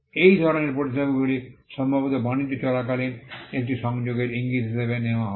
এই ধরনের পরিষেবাগুলি সম্ভবত বাণিজ্য চলাকালীন একটি সংযোগের ইঙ্গিত হিসাবে নেওয়া হবে